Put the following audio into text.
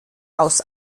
aus